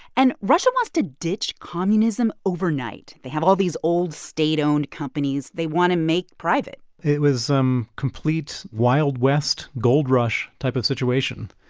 and russia wants to ditch communism overnight. they have all these old state-owned companies they want to make private it was a um complete, wild-west, gold-rush type of situation.